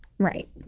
Right